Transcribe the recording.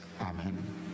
Amen